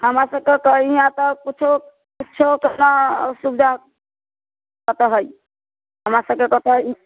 हमरासबके ईहाँ तऽ किछो किछो के ऊतना सुविधा अतए है हमरासबके तऽ अतए ई